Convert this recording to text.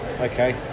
Okay